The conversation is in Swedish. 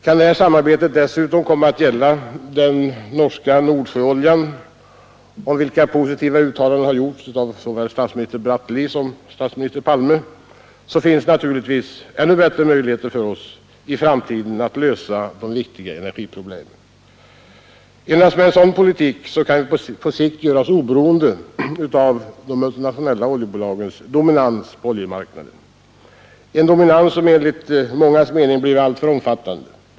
Kan detta samarbete dessutom komma att gälla den norska Nordsjöoljan .om vilket positiva uttalanden gjorts av såväl statsminister Bratteli som statsminister Palme, finns naturligtvis ännu bättre möjligheter för oss i framtiden att lösa de viktiga energiproblemen. Endast med en sådan politik kan vi på sikt göra oss oberoende av de multinationella oljebolagens dominans på oljemarknaden, en dominans som enligt mångas mening blivit alltför omfattande.